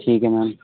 ਠੀਕ ਹੈ ਮੈਮ